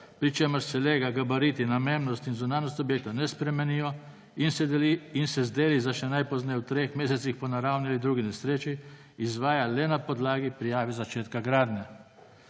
pri čemer se lega, gabarit, namembnost in zunanjost objekta ne spremenijo in se z deli začne najpozneje v treh mesecih po naravni ali drugi nesreči, izvaja le na podlagi prijave začetka gradnje.